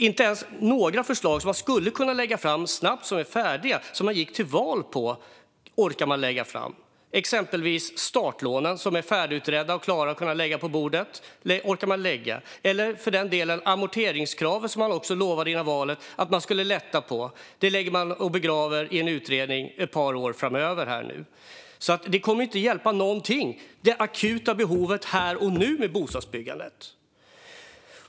Inte ens några förslag som man skulle kunna lägga fram snabbt, som är färdiga och som man gick till val på orkar man lägga fram. Exempelvis är startlånen färdigutredda och klara att lägga på bordet. Dem orkar man inte lägga fram. Före valet lovade man också att lätta på amorteringskraven. Det begraver man nu i en utredning ett par år framöver. Det kommer ingenting här och nu för att avhjälpa det akuta behovet av bostadsbyggande.